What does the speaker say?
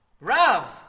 Rav